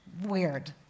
weird